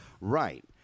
Right